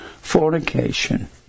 Fornication